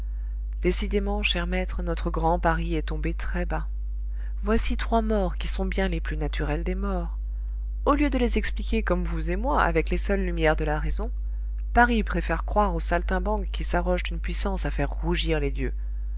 décidément cher maître notre grand paris est tombé très bas voici trois morts qui sont bien les plus naturelles des morts au lieu de les expliquer comme vous et moi avec les seules lumières de la raison paris préfère croire aux saltimbanques qui s'arrogent une puissance à faire rougir les dieux